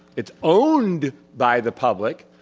it's owned by the public,